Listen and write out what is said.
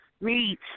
meet